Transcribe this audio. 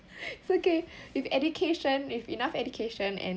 it's okay with education with enough education and